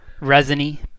Resiny